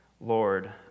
Lord